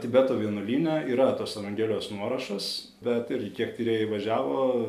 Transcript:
tibeto vienuolyne yra tos evangelijos nuorašas bet irgi kiek tyrėjai važiavo